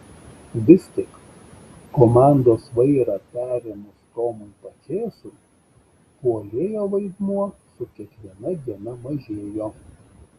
vis tik komandos vairą perėmus tomui pačėsui puolėjo vaidmuo su kiekviena diena mažėjo